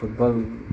football